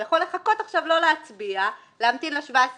הוא יכול לחכות עכשיו ולא להצביע אלא להמתין ל-17 בחודש,